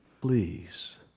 please